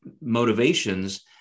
motivations